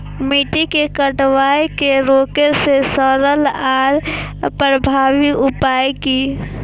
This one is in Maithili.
मिट्टी के कटाव के रोके के सरल आर प्रभावी उपाय की?